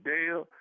Dale